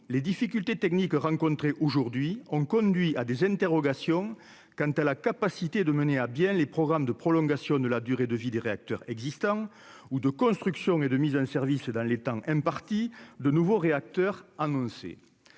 les difficultés techniques rencontrées aujourd'hui ont conduit à des interrogations quant à la capacité de mener à bien les programmes de prolongation de la durée de vie des réacteurs existants ou de construction et de mise en service dans les temps impartis de nouveaux réacteurs annoncé